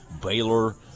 Baylor